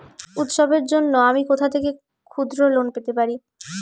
উৎসবের জন্য আমি কোথা থেকে ক্ষুদ্র লোন পেতে পারি?